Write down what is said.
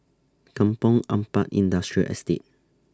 Kampong Ampat Industrial Estate